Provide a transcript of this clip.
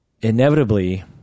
inevitably